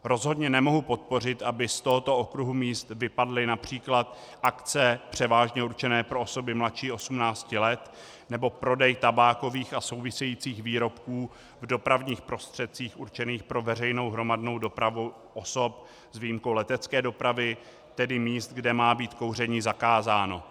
Rozhodně nemohu podpořit, aby z tohoto okruhu míst vypadly např. akce převážně určené pro osoby mladší 18 let nebo prodej tabákových a souvisejících výrobků v dopravních prostředcích určených pro veřejnou hromadnou dopravu osob s výjimkou letecké dopravy, tedy míst, kde má být kouření zakázáno.